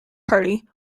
party